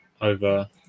over